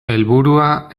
helburua